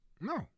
No